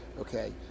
okay